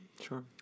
sure